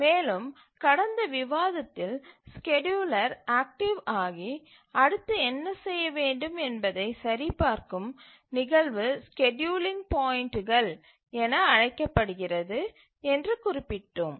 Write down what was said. மேலும் கடந்த விவாதத்தில் ஸ்கேட்யூலர் ஆக்டிவ் ஆகி அடுத்து என்ன செய்ய வேண்டும் என்பதை சரிபார்க்கும் நிகழ்வு ஸ்கேட்யூலிங் பாயிண்ட்டுகள் என அழைக்கப்படுகிறது என்று குறிப்பிட்டோம்